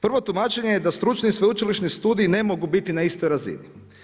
Prvo tumačenje je da stručni sveučilišni studij ne mogu biti na istoj razini.